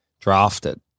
drafted